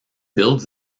builds